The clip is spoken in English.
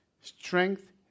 strength